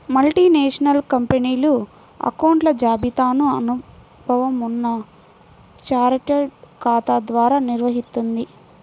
multinational కంపెనీలు అకౌంట్ల జాబితాను అనుభవం ఉన్న చార్టెడ్ ఖాతా ద్వారా నిర్వహిత్తుంది